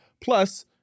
Plus